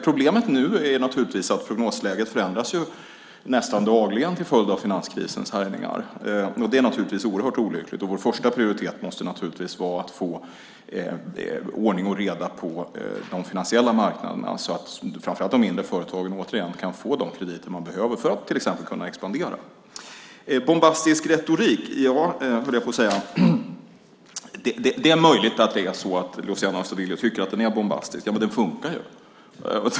Problemet nu är naturligtvis att prognosläget förändras nästan dagligen till följd av finanskrisens härjningar. Det är naturligtvis oerhört olyckligt, och vår första prioritet måste naturligtvis vara att få ordning och reda på de finansiella marknaderna så att framför allt de mindre företagen återigen kan få de krediter de behöver för att till exempel kunna expandera. Bombastisk retorik - ja, det är möjligt att det är så att Luciano Astudillo tycker att den är bombastisk. Men den funkar ju!